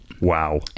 Wow